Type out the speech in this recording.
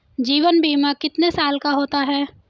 जीवन बीमा कितने साल का होता है?